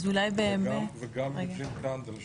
וגם יוג'ין קנדל,